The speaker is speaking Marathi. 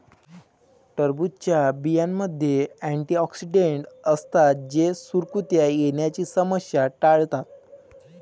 टरबूजच्या बियांमध्ये अँटिऑक्सिडेंट असतात जे सुरकुत्या येण्याची समस्या टाळतात